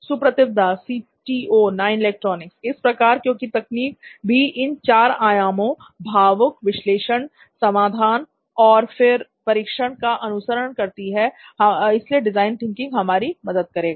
सुप्रतिव Das C T O नॉइन electronics इस प्रकार क्योंकि तकनीक भी इन चारों आयाम भावुक विश्लेषण समाधान और फिर परीक्षण का अनुसरण करती है इसलिए डिजाइन थिंकिंग हमारी मदद करेगा